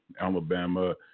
Alabama